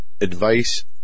advice